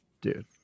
dude